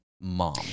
mom